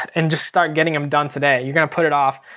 and just start getting them done today. you're gonna put it off.